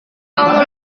kamu